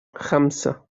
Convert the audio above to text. خمسة